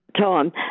time